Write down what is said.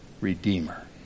redeemer